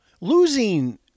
Losing